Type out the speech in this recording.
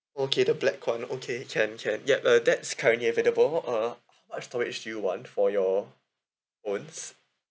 okay the black one okay can can yup uh that's currently available uh what storage do you want for your phones